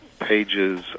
pages